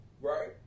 right